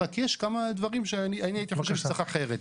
רק שיש כמה דברים שהייתי חושב שצריך אחרת.